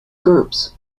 groups